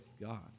God